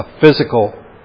physical